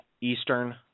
Eastern